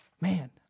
Man